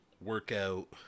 workout